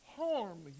harm